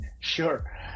Sure